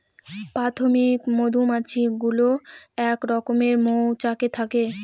প্রাথমিক মধুমাছি গুলো এক রকমের মৌচাকে থাকে